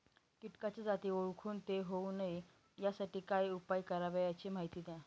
किटकाच्या जाती ओळखून ते होऊ नये यासाठी काय उपाय करावे याची माहिती द्या